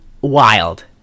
wild